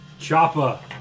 Choppa